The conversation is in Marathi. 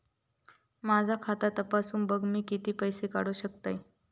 माझा खाता तपासून बघा मी किती पैशे काढू शकतय?